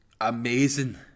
amazing